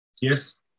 Yes